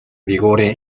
vigore